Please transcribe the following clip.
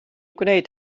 gwneud